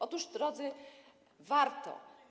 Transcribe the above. Otóż, drodzy, warto.